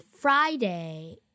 Friday